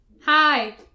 Hi